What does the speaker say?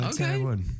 Okay